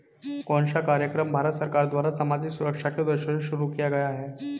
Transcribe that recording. कौन सा कार्यक्रम भारत सरकार द्वारा सामाजिक सुरक्षा के उद्देश्य से शुरू किया गया है?